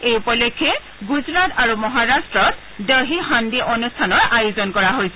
এই উপলক্ষে গুজৰাট আৰু মহাৰট্টত দহি হাণ্ডি অনুষ্ঠানৰ আয়োজন কৰা হৈছে